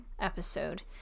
episode